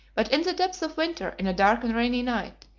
but in the depth of winter, in a dark and rainy night,